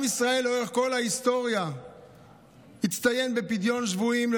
עם ישראל לדורותיו לאורך כל ההיסטוריה הצטיין בפדיון שבויים.